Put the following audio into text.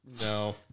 No